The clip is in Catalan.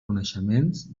coneixements